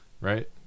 right